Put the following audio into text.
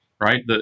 right